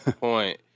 point